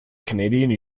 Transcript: canadian